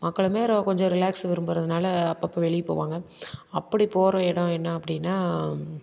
மக்களுமே கொஞ்சம் ரிலாக்ஸ் விரும்புகிறதுனால அப்போப்ப வெளியே போவாங்க அப்படி போகிற இடம் என்ன அப்படின்னா